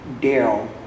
Daryl